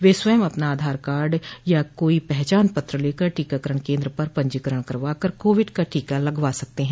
वह स्वयं अपना आधार कार्ड या कोई पहचान पत्र लेकर टीकाकरण केन्द्र पर पंजीकरण करवा कर कोविड का टीका लगवा सकते हैं